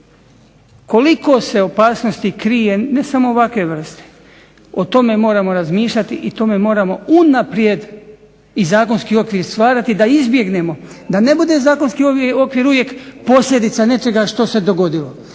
Koliko se opasnosti krije, ne samo ovakve vrste, o tome moramo razmišljati i tome moramo unaprijed i zakonski okvir stvarati da izbjegnemo, da ne bude zakonski okvir uvijek posljedica nečega što se dogodilo.